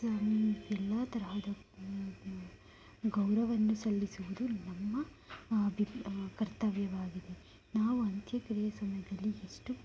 ಎಲ್ಲ ತರಹದ ಗೌರವವನ್ನು ಸಲ್ಲಿಸುವುದು ನಮ್ಮ ಆದಿ ಕರ್ತವ್ಯವಾಗಿದೆ ನಾವು ಅಂತ್ಯಕ್ರಿಯೆ ಸಮಯದಲ್ಲಿ ಎಷ್ಟು